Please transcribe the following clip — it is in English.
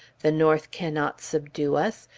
the north cannot subdue us.